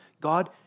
God